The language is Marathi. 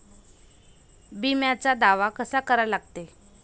बिम्याचा दावा कसा करा लागते?